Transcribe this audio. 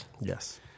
Yes